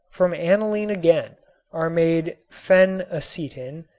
from aniline again are made phenacetin,